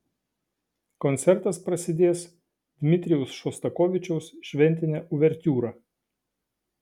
koncertas prasidės dmitrijaus šostakovičiaus šventine uvertiūra